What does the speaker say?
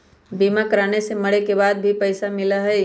बीमा कराने से मरे के बाद भी पईसा मिलहई?